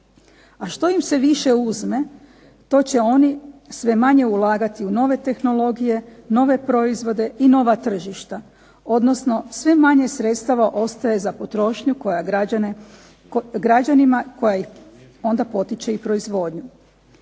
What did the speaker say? A što im se više uzme to će oni sve manje ulagati u nove tehnologije, nove proizvode i nova tržišta, odnosno sve manje sredstava ostaje za potrošnju koja onda potiče i proizvodnju.